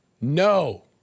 no